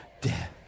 Death